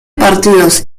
partidos